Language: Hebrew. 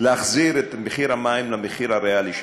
להחזיר את מחיר המים למחיר הריאלי שלו,